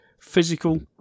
physical